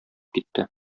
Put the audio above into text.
китте